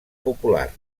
popular